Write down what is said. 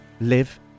live